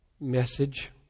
message